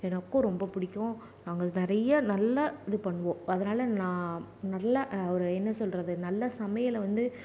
எனக்கும் ரொம்ப பிடிக்கும் நாங்கள் நிறைய நல்லா இது பண்ணுவோம் அதனால் நான் ஒரு நல்ல ஒரு என்ன சொல்கிறது நல்ல சமையலை வந்து